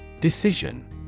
Decision